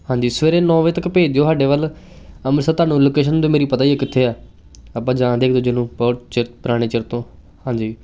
ਹਾਂਜੀ ਸਵੇਰੇ ਨੌ ਵਜੇ ਤੱਕ ਭੇਜ ਦਿਓ ਸਾਡੇ ਵੱਲ ਅੰਮ੍ਰਿਤਸਰ ਤੁਹਾਨੂੰ ਲੋਕੇਸ਼ਨ ਤਾਂ ਮੇਰੀ ਪਤਾ ਹੀ ਹੈ ਕਿੱਥੇ ਹੈ ਆਪਾਂ ਜਾਣਦੇ ਹਾਂ ਇੱਕ ਦੂਜੇ ਨੂੰ ਬਹੁਤ ਚਿਰ ਪੁਰਾਣੇ ਚਿਰ ਤੋਂ ਹਾਂਜੀ